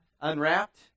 Unwrapped